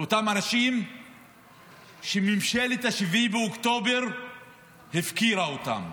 לאותם אנשים שממשלת 7 באוקטובר הפקירה אותם.